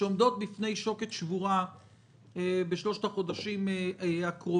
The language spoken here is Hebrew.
שעומדות בפני שוקת שבורה בשלושת החודשים הקרובים.